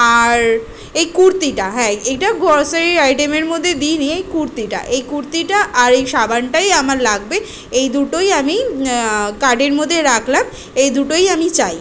আর এই কুর্তিটা হ্যাঁ এইটা গ্রসারি আইটেমের মদ্যে দিই নি এই কুর্তিটা এই কুর্তিটা আর এই সাবানটাই আমার লাগবে এই দুটোই আমি কার্টের মধ্যে রাখলাম এই দুটোই আমি চাই